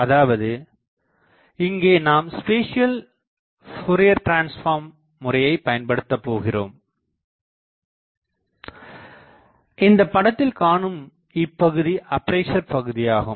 அதாவது இங்கே நாம் ஸ்பேசியல் ஃபோரியர் டிரன்ஸ்பார்ம் முறையைப் பயன்படுத்தபோகிறோம் இந்தப்படத்தில் காணும் இப்பகுதி அப்பேசர் பகுதியாகும்